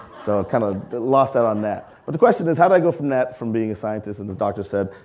so i kind of laughed around that. but the question is how do i go from that, from being a scientist, and as the doctor said,